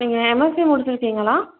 நீங்கள் எம்எஸ்சி முடிச்சுருக்கீங்களா